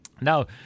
Now